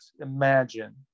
imagine